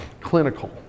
clinical